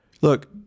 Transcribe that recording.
Look